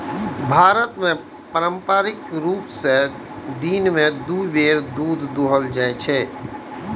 भारत मे पारंपरिक रूप सं दिन मे दू बेर दूध दुहल जाइ छै